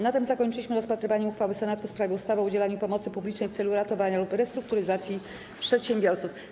Na tym zakończyliśmy rozpatrywanie uchwały Senatu w sprawie ustawy o udzielaniu pomocy publicznej w celu ratowania lub restrukturyzacji przedsiębiorców.